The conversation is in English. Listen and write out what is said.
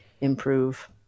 improve